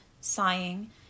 sighing